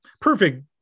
Perfect